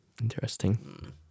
interesting